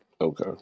Okay